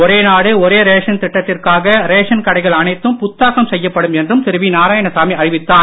ஒரே நாடு ஒரே ரேஷன் திட்டத்திற்காக ரேசன் கடைகள் அனைத்தும் புத்தாக்கம் செய்யப்படும் என்றும் திரு வி நாராயணசாமி அறிவித்தார்